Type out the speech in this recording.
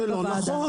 זה לא נכון.